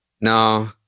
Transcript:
No